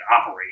operate